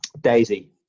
Daisy